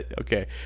Okay